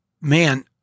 man